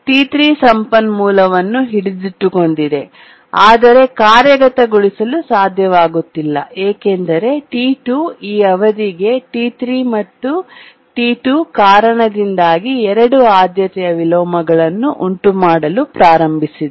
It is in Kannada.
T3 ಸಂಪನ್ಮೂಲವನ್ನು ಹಿಡಿದಿಟ್ಟುಕೊಂಡಿದೆ ಆದರೆ ಕಾರ್ಯಗತಗೊಳಿಸಲು ಸಾಧ್ಯವಾಗುತ್ತಿಲ್ಲ ಏಕೆಂದರೆ T2 ಈ ಅವಧಿಗೆ T3 ಮತ್ತು T2 ಕಾರಣದಿಂದಾಗಿ 2 ಆದ್ಯತೆಯ ವಿಲೋಮಗಳನ್ನು ಉಂಟುಮಾಡಲು ಪ್ರಾರಂಭಿಸಿದೆ